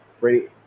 Ready